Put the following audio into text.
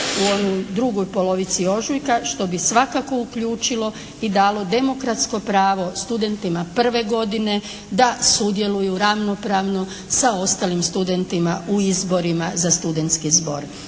drugoj polovici ožujka što bi svakako uključilo i dalo demokratsko pravo studentima prve godine da sudjeluju ravnopravno sa ostalim studentima u izborima za studentski zbor.